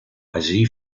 allí